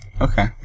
Okay